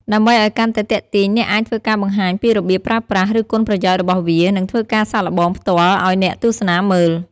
ដើម្បីឲ្យកាន់តែទាក់ទាញអ្នកអាចធ្វើការបង្ហាញពីរបៀបប្រើប្រាស់ ឬគុណប្រយោជន៍របស់វា និងធ្វើការសាកល្បងផ្ទាល់ឲ្យអ្នកទស្សនាមើល។